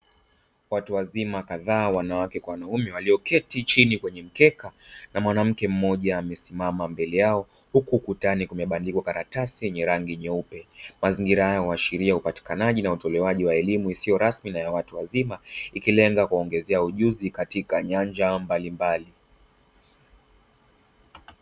Watu wazima kadhaa wanawake kwa wanaume walioketi chini kwenye mkeka na mwanamke mmoja amesimama mbele yao huku ukutani kumebandikwa karatasi yenye rangi nyeupe; mazingira haya huashiria upatikanaji na utolewaji wa elimu isiyo rasmi na ya watu wazima ikilenga kuwaongezea ujuzi katika nyanja mbalimbali.